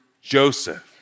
Joseph